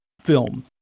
film